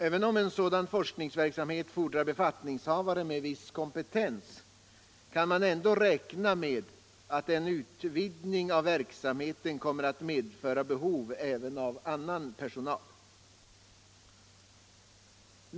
Även om sådan forskningsverksamhet fordrar befattningshavare med viss kompetens, kan man ändå räkna med att en utvidgning av verksamheten kommer att medföra behov även av annan personal.